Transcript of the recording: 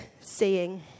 seeing